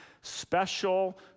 special